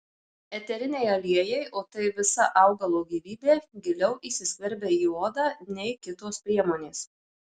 eteriniai aliejai o tai visa augalo gyvybė giliau įsiskverbia į odą nei kitos priemonės